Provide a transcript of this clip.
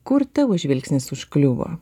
kur tavo žvilgsnis užkliuvo